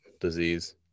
disease